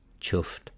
chuffed